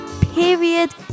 Period